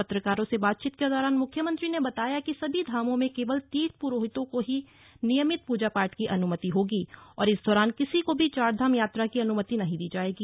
पत्रकारों से बातचीत के दौरान मुख्यमंत्री ने बताया कि सभी धामों में केवल तीर्थ पुरोहितों को ही नियमित पूजा पाठ की अनुमति होगी इस दौरान किसी को भी चारधाम यात्रा की अनुमति नहीं दी जायेगी